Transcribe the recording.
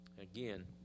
again